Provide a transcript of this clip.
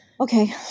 Okay